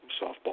softball